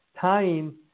tying